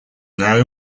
now